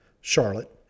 Charlotte